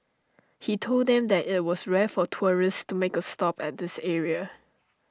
he told them that IT was rare for tourists to make A stop at this area